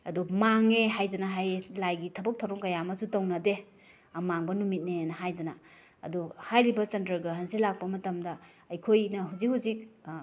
ꯑꯗꯣ ꯃꯥꯡꯉꯦ ꯍꯥꯏꯗꯅ ꯍꯥꯏꯑꯦ ꯂꯥꯏꯒꯤ ꯊꯕꯛ ꯊꯧꯔꯃ ꯀꯌꯥ ꯑꯃꯁꯨ ꯇꯧꯅꯗꯦ ꯑꯃꯥꯡꯕ ꯅꯨꯃꯤꯠꯅꯦꯅ ꯍꯥꯏꯗꯅ ꯑꯗꯣ ꯍꯥꯏꯔꯤꯕ ꯆꯟꯗ꯭ꯔ ꯒ꯭ꯔꯍꯟꯁꯦ ꯂꯥꯛꯄ ꯃꯇꯝꯗ ꯑꯩꯈꯣꯏꯅ ꯍꯧꯖꯤꯛ ꯍꯧꯖꯤꯛ